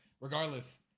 regardless